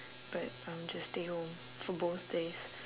but um just stay home for both days